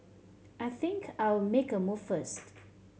I think I'll make a move first